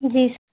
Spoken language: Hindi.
जी स